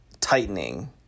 tightening